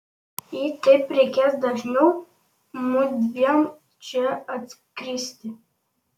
jei taip reikės dažniau mudviem čia atskristi